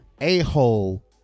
a-hole